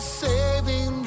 saving